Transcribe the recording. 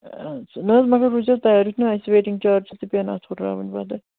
نہَ حظ مگر روٗزِو تیار یُتھ نہٕ اَسہِ ویٹِنٛگ چارٕجز تہِ پٮ۪ن اَتھ پھُٹرراوٕنۍ پَتہٕ